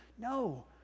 No